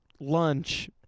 Lunch